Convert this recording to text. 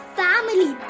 family